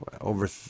over